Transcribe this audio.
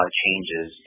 changes